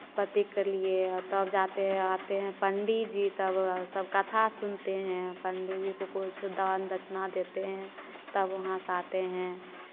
पति के लिए तब जाते है आते हैं पंडीजी तब सब कथा सुनते हैं पंडीजी को कुछ दान दक्षिणा देते हैं तब वहाँ से आते हैं